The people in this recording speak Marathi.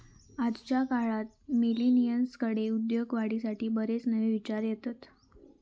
आजच्या काळात मिलेनियल्सकडे उद्योगवाढीसाठी बरेच नवे विचार येतत